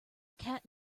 cat